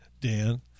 Dan